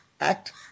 act